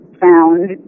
found